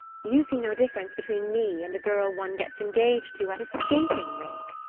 you see no difference between me and a girl one gets engaged to at a skating rink!